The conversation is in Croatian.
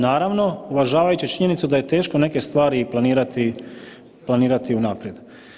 Naravno, uvažavajući činjenicu da je teško neke stvari i planirati unaprijed.